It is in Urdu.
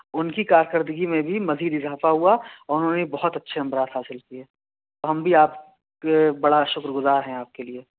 ان کی کار کردگی میں بھی مزید اضافہ ہوا اور انہوں نے بھی بہت اچھے نمبرات حاصل کیے اور ہم بھی آپ کے بڑا شکر گزار ہیں آپ کے لیے